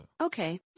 okay